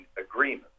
agreement